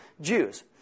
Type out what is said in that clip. Jews